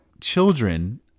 children